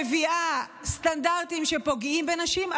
ממשלה שמביאה סטנדרטים שפוגעים בנשים,